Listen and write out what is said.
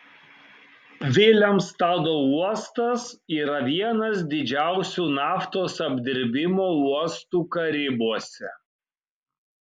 vilemstado uostas yra vienas didžiausių naftos apdirbimo uostų karibuose